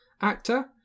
actor